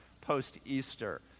post-Easter